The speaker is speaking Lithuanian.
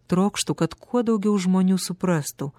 trokštu kad kuo daugiau žmonių suprastų